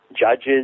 judges